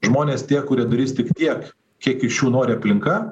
žmonės tie kurie darys tik tiek kiek iš jų nori aplinka